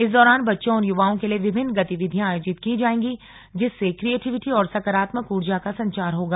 इस दौरान बच्चों और युवाओं के लिए विभिन्न गतिविधियां आयोजित की जाएगी जिससे क्रिएटिवीटी और सकारात्मक ऊर्जा का संचार होगा